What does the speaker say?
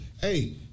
hey